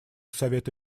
совета